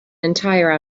entire